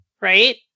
right